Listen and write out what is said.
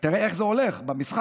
תראה איך זה הולך במשחק,